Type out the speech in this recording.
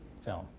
film